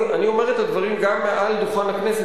אני אומר את הדברים גם מעל דוכן הכנסת,